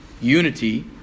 unity